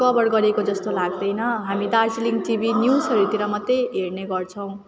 cover गरेको जस्तो लाग्दैन हामी दार्जिलिङ टिभी न्युजहरूतिर मात्रै हेर्ने गर्छौँ